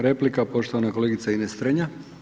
Replika poštovana kolegica Ines Strenja.